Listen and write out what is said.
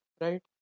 right